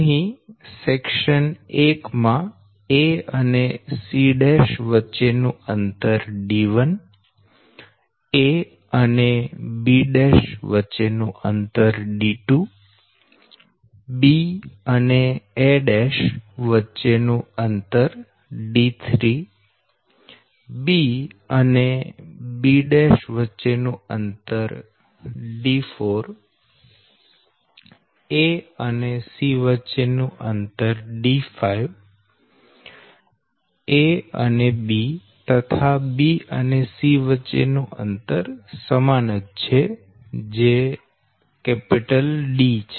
અહી સેક્શન 1 માં a અને c વચ્ચે નું અંતર d1 a અને b વચ્ચે નું અંતર d2 b અને a વચ્ચે નું અંતર d3 b અને b વચ્ચે નું અંતર d4 a અને c વચ્ચે નું અંતર d5 a અને b તથા b અને c વચ્ચે નું અંતર સમાન છે જે D છે